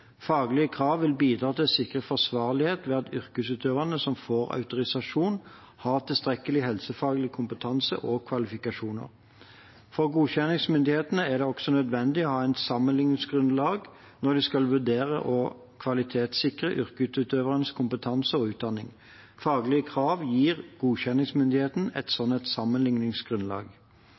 Faglige krav vil bidra til å sikre forsvarlighet ved at yrkesutøverne som får autorisasjon, har tilstrekkelig helsefaglig kompetanse og kvalifikasjoner. For godkjenningsmyndighetene er det også nødvendig å ha et sammenligningsgrunnlag når de skal vurdere og kvalitetssikre yrkesutøvernes kompetanse og utdanning. Faglige krav gir godkjenningsmyndigheten et slikt sammenligningsgrunnlag.